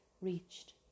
reached